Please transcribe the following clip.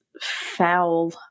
foul